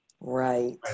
Right